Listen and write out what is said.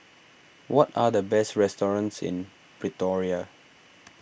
what are the best restaurants in Pretoria